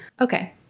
Okay